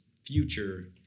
Future